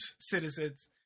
citizens